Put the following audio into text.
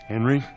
Henry